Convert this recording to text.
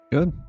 Good